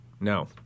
No